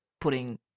putting